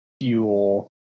fuel